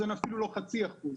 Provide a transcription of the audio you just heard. אין אפילו לא חצי אחוז.